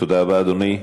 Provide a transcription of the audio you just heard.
תודה רבה, אדוני.